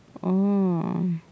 oh